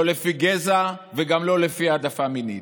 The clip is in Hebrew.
לא לפי גזע וגם לא לפי העדפה מינית.